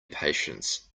patience